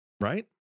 right